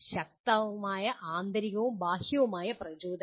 ശക്തമായ ആന്തരികവും ബാഹ്യവുമായ പ്രചോദനം